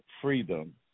freedom